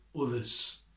others